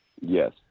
yes